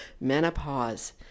menopause